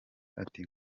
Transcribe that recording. ati